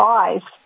eyes